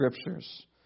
Scriptures